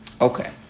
Okay